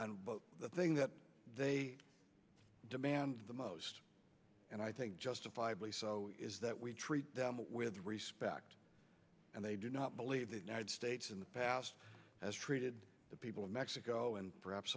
the thing that they demand the most and i think justifiably so is that we treat them with respect and they do not believe the united states in the past has treated the people of mexico and perhaps